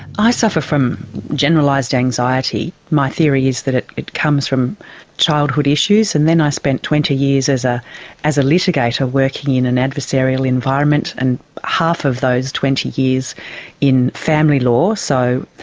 i suffer from generalised anxiety. my theory is that it it comes from childhood issues. and then i spent twenty years as ah as a litigator working in an adversarial environment, and half of those twenty years in family law. so,